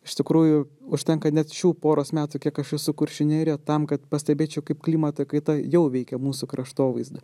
iš tikrųjų užtenka net šių poros metų kiek aš esu kuršių nerija tam kad pastebėčiau kaip klimato kaita jau veikia mūsų kraštovaizdį